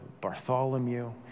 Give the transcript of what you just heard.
Bartholomew